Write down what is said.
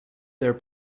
their